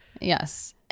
Yes